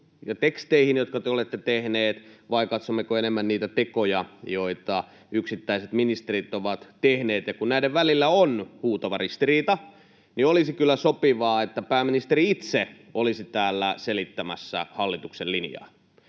teksteihin, jotka te olette tehneet, vai katsommeko enemmän niitä tekoja, joita yksittäiset ministerit ovat tehneet? Kun näiden välillä on huutava ristiriita, niin olisi kyllä sopivaa, että pääministeri itse olisi täällä selittämässä hallituksen linjaa.